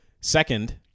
Second